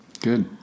good